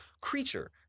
creature